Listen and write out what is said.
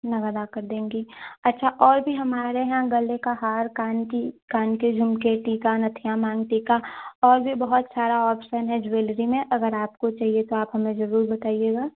नगद आकर देंगी अच्छा और भी हमारे यहाँ गले का हार कान की कान के झुमके टीका नथिया माँगटीका और भी बहुत सारा ऑप्शन है ज़्वेलरी में अगर आपको चाहिए तो आप हमें ज़रूर बताइएगा